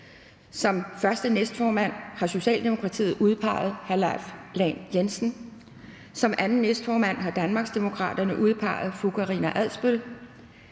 Som første næstformand har Socialdemokratiet udpeget hr. Leif Lahn Jensen. Som anden næstformand har Danmarksdemokraterne udpeget fru Karina Adsbøl.